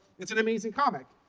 it's an amazing comic,